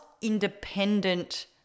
independent